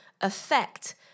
affect